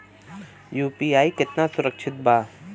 UPI कितना सुरक्षित बा?